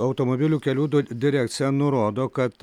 automobilių kelių du direkcija nurodo kad